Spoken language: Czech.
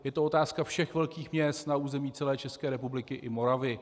Je to otázka všech velkých měst na území celé České republiky i Moravy.